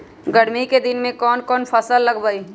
गर्मी के दिन में कौन कौन फसल लगबई?